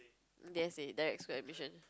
D_S_A direct school admission